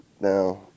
Now